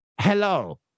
hello